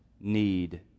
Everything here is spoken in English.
need